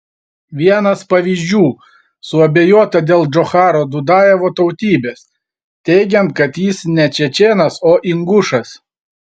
vienas pavyzdžių suabejota dėl džocharo dudajevo tautybės teigiant kad jis ne čečėnas o ingušas